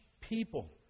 people